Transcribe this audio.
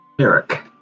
Eric